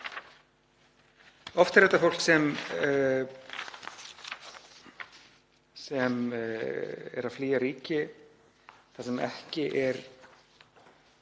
Oft er þetta fólk sem er að flýja ríki sem ekki er